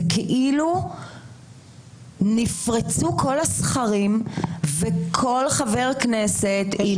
זה כאילו נפרצו כל הסכרים וכל חבר כנסת עם